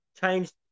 changed